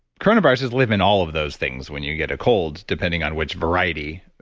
coronaviruses live in all of those things when you get a cold depending on which variety,